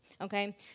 okay